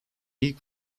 i̇lk